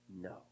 no